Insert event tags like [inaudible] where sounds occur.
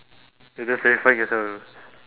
eh that's terrifying as hell [noise]